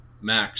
Max